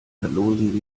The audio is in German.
verlosen